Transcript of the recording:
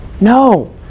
No